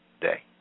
day